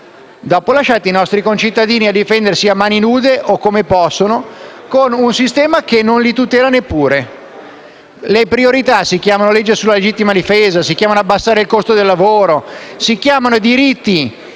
Dopo lasciate i nostri concittadini a difendersi a mani nude o come possono, con un sistema che non li tutela neppure. Le priorità si chiamano legge sulla legittima difesa, abbassare il costo del lavoro, si chiamano diritti,